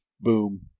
boom